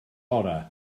orau